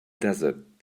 desert